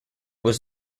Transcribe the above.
was